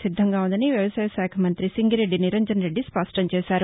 సిద్దంగా ఉందని వ్యవసాయశాఖ మంతి సింగిరెడ్డి నిరంజన్రెడ్డి స్పష్టం చేశారు